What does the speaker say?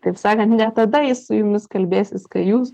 taip sakant ne tada jis su jumis kalbėsis kai jūs